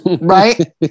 right